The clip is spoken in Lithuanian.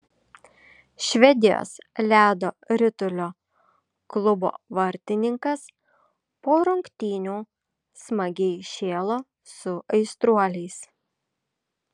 švedijos ledo ritulio klubo vartininkas po rungtynių smagiai šėlo su aistruoliais